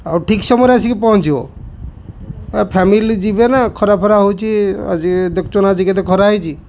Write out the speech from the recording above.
ଆଉ ଠିକ୍ ସମୟରେ ଆସିକି ପହଞ୍ଚିବ ଫ୍ୟାମିଲି ଯିବେ ନା ଖରା ଫରା ହଉଛି ଆଜି ଦେଖୁଛନା ଆଜି କେତେ ଖରା ହେଇଛି